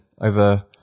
over